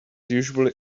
usually